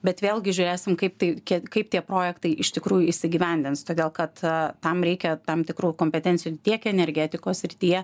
bet vėlgi žiūrėsim kaip tai kaip tie projektai iš tikrųjų įsigyvendins todėl kad tam reikia tam tikrų kompetencijų tiek energetikos srityje